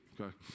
Okay